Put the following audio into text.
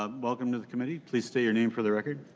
um welcome to the committee. please state your name for the record.